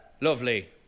Lovely